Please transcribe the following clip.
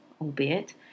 albeit